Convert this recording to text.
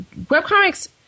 webcomics